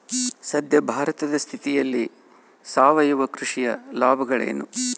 ಸದ್ಯ ಭಾರತದ ಸ್ಥಿತಿಯಲ್ಲಿ ಸಾವಯವ ಕೃಷಿಯ ಲಾಭಗಳೇನು?